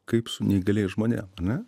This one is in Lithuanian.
kaip su neįgaliais žmonėm ar ne